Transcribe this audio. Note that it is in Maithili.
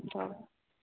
तब